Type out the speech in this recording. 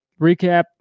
recap